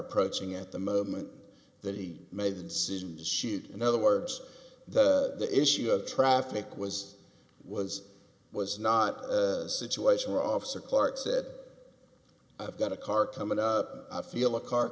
approaching at the moment that he made the decision to shoot in other words the issue of traffic was was was not a situation where officer clark said i've got a car coming i feel a car